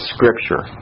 Scripture